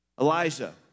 Elijah